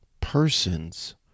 persons